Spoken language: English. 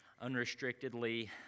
unrestrictedly